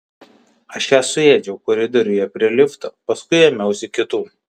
aš ją suėdžiau koridoriuje prie lifto paskui ėmiausi kitų